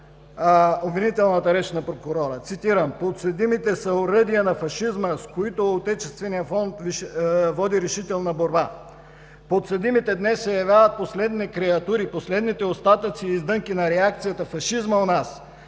обвинителната реч на прокурора,